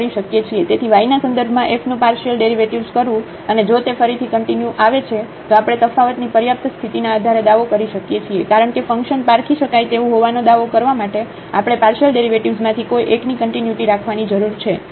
તેથી y ના સંદર્ભમાં f નું પાર્શિયલ ડેરિવેટિવ્ઝ કરવું અને જો તે ફરીથી કંટીન્યુ આવે છે તો આપણે તફાવતની પર્યાપ્ત સ્થિતિના આધારે દાવો કરી શકીએ છીએ કારણ કે ફંકશન પારખી શકાય તેવું હોવાનો દાવો કરવા માટે આપણે પાર્શિયલ ડેરિવેટિવ્ઝમાંથી કોઈ એકની કન્ટિન્યુટી રાખવાની જરૂર છે